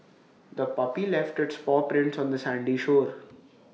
the puppy left its paw prints on the sandy shore